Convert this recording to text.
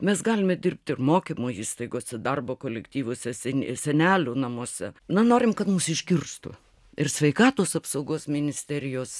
mes galime dirbti ir mokymo įstaigose darbo kolektyvuose sen senelių namuose na norim kad mus išgirstų ir sveikatos apsaugos ministerijos